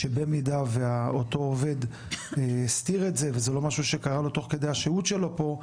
שבמידה ואותו עובד הסתיר את זה וזה לא משהו שרה לו תוך כדי השהות שלו פה,